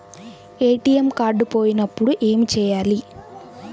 ATM card పోయినప్పుడు ఏమి చేయాలి?